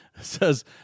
says